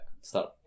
start